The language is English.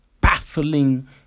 baffling